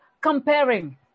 Comparing